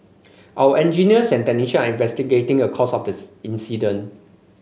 our engineers and technicians are investigating the cause of the incident